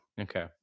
Okay